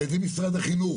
על ידי משרד החינוך?